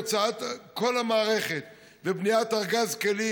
הוצאת כל המערכת ובניית ארגז כלים,